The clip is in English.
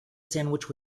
sandwich